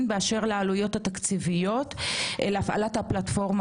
באשר לעלויות התקציביות להפעלת הפלטפורמה